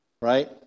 Right